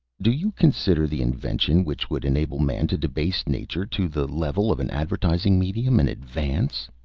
do you consider the invention which would enable man to debase nature to the level of an advertising medium an advance?